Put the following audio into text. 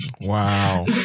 wow